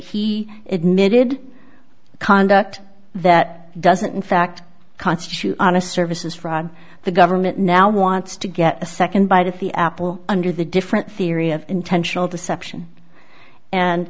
he admitted conduct that doesn't in fact constitute honest services from the government now wants to get a second bite at the apple under the different theory of intentional deception and